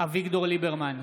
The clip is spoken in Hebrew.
אביגדור ליברמן,